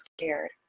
scared